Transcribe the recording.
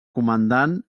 comandant